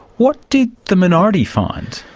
what did the minority find?